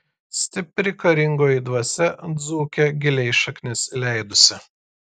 stipri karingoji dvasia dzūke giliai šaknis įleidusi